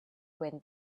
when